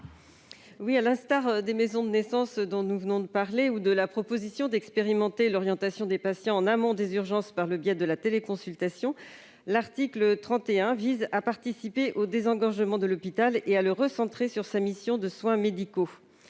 À l'instar des maisons de naissance, dont nous venons de parler, ou de la proposition d'expérimenter l'orientation des patients en amont des urgences par le biais de la téléconsultation, l'article 31 vise à désengorger l'hôpital et à le recentrer sur sa mission de soins médicaux.